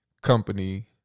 company